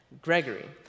Gregory